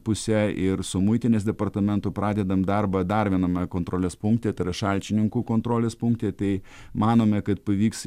puse ir su muitinės departamentu pradedam darbą dar viename kontrolės punkte tai yra šalčininkų kontrolės punkte tai manome kad pavyks